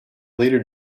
later